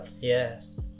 Yes